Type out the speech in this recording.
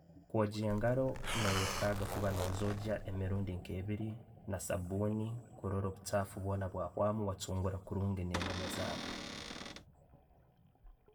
Gwoogya engaro, no'wetaaga okuuba nozoogya emirundi nke ebiiri na sabuuni kurora obuchaafu bwoona bwawamu wachungura kurungi ne'nono zaawe.